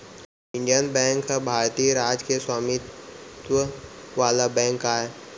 Indian bank ह भारतीय राज के स्वामित्व वाला बेंक आय